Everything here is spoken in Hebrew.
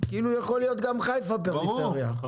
שבעצם גם חיפה יכולה להיות פריפריה.